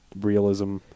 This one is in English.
realism